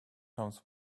comes